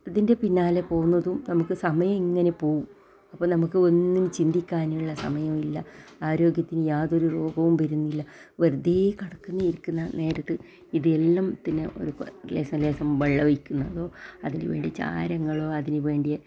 ഇതിൻ്റെ പിന്നാലെ പോകുന്നതും നമുക്ക് സമയമിങ്ങനെ പോകും അപ്പോൾ നമുക്ക് ഒന്നും ചിന്തിക്കാനുള്ള സമയമില്ല ആരോഗ്യത്തിന് യാതൊരു രോഗവും വരുന്നില്ല വെറുതേ കിടക്കുന്ന ഇരിക്കുന്ന നേരത്ത് ഇതെല്ലാം പിന്നെ ലേസം ലേസം വെള്ളം ഒഴിക്കുന്നു അതിനുവേണ്ടി ചാരങ്ങളോ അതിനു വേണ്ടി